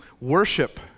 worship